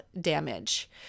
damage